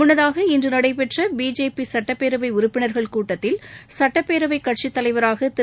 முன்னதாக இன்று நடைபெற்ற பிஜேபி சட்டப்பேரவை உறுப்பினர்கள் கூட்டத்தில் சட்டப்பேரவை கட்சி தலைவராக திரு